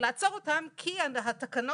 ולעצור אותם כי התקנות